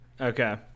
okay